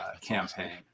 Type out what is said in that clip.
campaign